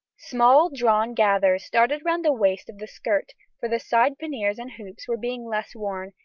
small drawn gathers started round the waist of the skirt, for the side panniers and hoops were being less worn,